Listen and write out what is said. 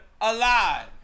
alive